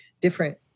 different